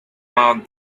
mouths